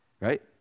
right